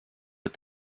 but